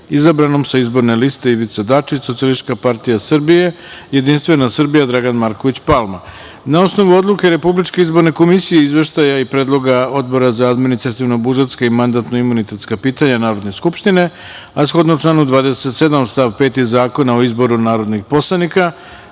izabranom sa izborne liste Ivica Dačić – Socijalistička partija Srbije, Jedinstvena Srbija – Dragan Marković Palma. Na osnovu Odluke Republičke izborne komisije i Izveštaja i predloga Odbora za administrativno-budžetska i mandatno-imunitetska pitanja Narodne skupštine, a shodno članu 27. stav 5. Zakona o izboru narodnih poslanika